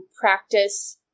practice